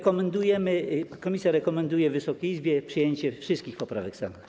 Komisja rekomenduje Wysokiej Izbie przyjęcie wszystkich poprawek Senatu.